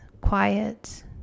quiet